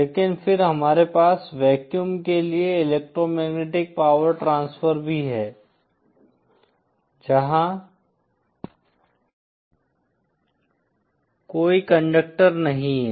लेकिन फिर हमारे पास वैक्यूम के लिए इलेक्ट्रोमैग्नेटिक पावर ट्रांसफर भी है जहां कोई कंडक्टर नहीं हैं